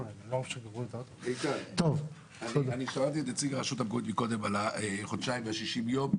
שמעתי את נציג הרשויות המקומיות מדבר על החודשיים וה-60 ימים.